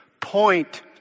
point